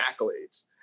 accolades